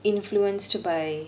influenced by